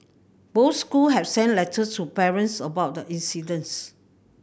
both school have sent letters to parents about the incidents